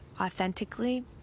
authentically